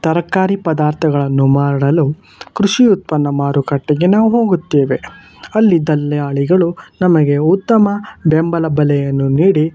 ತರಕಾರಿ ಪದಾರ್ಥಗಳನ್ನು ಮಾಡಲು ಕೃಷಿ ಉತ್ಪನ್ನ ಮಾರುಕಟ್ಟೆಗೆ ನಾವು ಹೋಗುತ್ತೇವೆ ಅಲ್ಲಿ ದಲ್ಯಾಳಿಗಳು ನಮಗೆ ಉತ್ತಮ ಬೆಂಬಲ ಬೆಲೆಯನ್ನು ನೀಡಿ